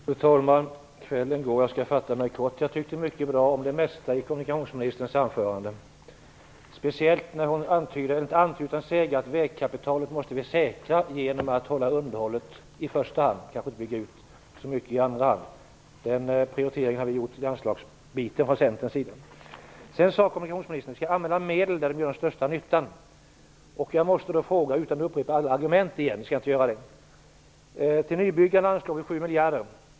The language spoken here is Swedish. Fru talman! Kvällen är sen, så jag skall fatta mig kort. Jag tyckte mycket bra om det mesta i kommunikationsministerns anförande, speciellt när hon antyder att vägkapitalet måste vi säkra genom underhållet i första hand, inte bygga ut så mycket. Den prioriteringen har också vi gjort från Centerns sida. Kommunikationsministern sade att vi skall använda medlen där de gör den största nyttan. Jag måste, utan att upprepa alla argument, ställa en fråga till kommunikationsministern.